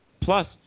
Plus